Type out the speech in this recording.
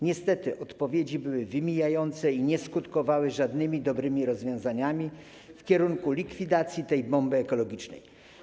Niestety odpowiedzi były wymijające i nie skutkowały żadnymi dobrymi rozwiązaniami idącymi w kierunku likwidacji tej bomby ekologicznej.